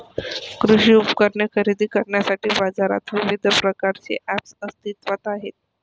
कृषी उपकरणे खरेदी करण्यासाठी बाजारात विविध प्रकारचे ऐप्स अस्तित्त्वात आहेत